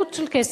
זה עלות של כסף,